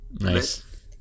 Nice